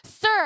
Sir